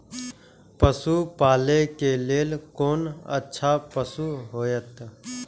पशु पालै के लेल कोन अच्छा पशु होयत?